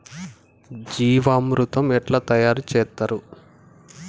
జీవామృతం ఎట్లా తయారు చేత్తరు?